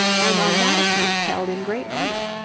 and on that account held in great honour.